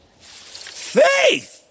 Faith